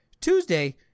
Tuesday